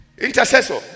Intercessor